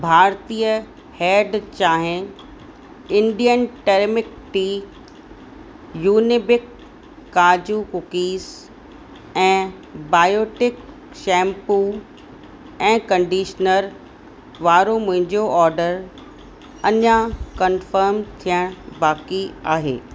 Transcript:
भारतीय हैड चांहि Indian turmeric tea Unibic kaju cookies ऐं बायोटिक शैंम्पू ऐं कंडीश्नर वारो मुंहिंजो ऑडर अञा कंफर्म थियणु बाक़ी आहे